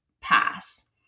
pass